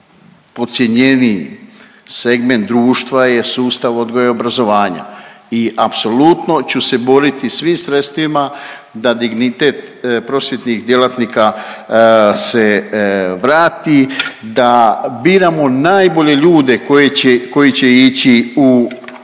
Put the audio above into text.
najpodcijenjeniji segment društva je sustav odgoja i obrazovanja i apsolutno ću se boriti svim sredstvima da dignitet prosvjetnih djelatnika se vrati da biramo najbolje ljude koje će,